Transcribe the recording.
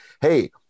Hey